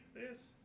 Yes